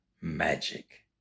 magic